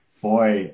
Boy